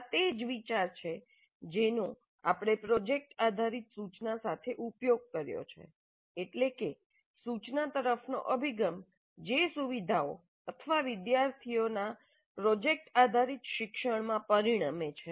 આ તે જ વિચાર છે જેનો આપણે પ્રોજેક્ટ આધારિત સૂચના સાથે ઉપયોગ કર્યો છે એટલે કે સૂચના તરફનો અભિગમ જે સુવિધાઓ અથવા વિદ્યાર્થીઓના પ્રોજેક્ટ આધારિત શિક્ષણમાં પરિણમે છે